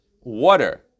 water